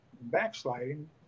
backsliding